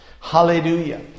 Hallelujah